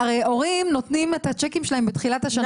הורים נותנים את הצ'קים שלהם לגן בתחילת השנה.